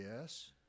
yes